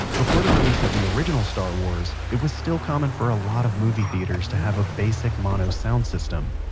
before the release of the original star wars, it was still common for a lot of movie theaters to have a basic mono sound system.